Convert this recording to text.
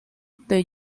the